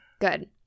Good